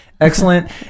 Excellent